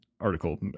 article